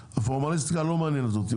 פורמליסט כאן לא מעניינת אותי.